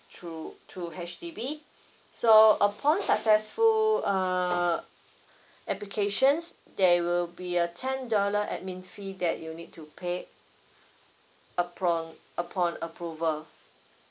through through H_D_B so upon successful uh applications there will be a ten dollar admin fee that you need to pay upon upon approval